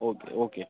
okay okay